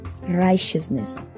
righteousness